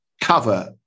cover